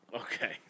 Okay